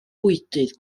bwydydd